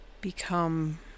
become